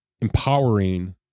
empowering